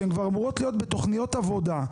שהן אמורות כבר להיות בתכניות עבודה.